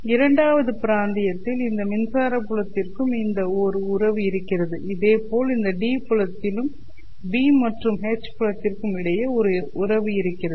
இரண்டாவது பிராந்தியத்தில் இந்த மின்சாரத் புலத்திற்க்கும் இந்த ஒரு உறவு இருக்கிறது இதே போல் இந்த D புலத்தில் B' மற்றும் H' புலத்திற்கும் இடையே ஒரு உறவு இருக்கிறதா